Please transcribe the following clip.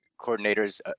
coordinators